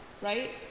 right